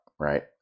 Right